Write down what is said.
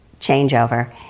changeover